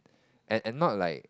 and and not like